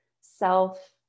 self